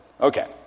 Okay